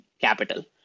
capital